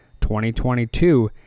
2022